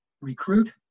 recruit